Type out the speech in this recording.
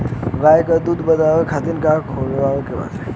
गाय क दूध बढ़ावे खातिन का खेलावल जाय?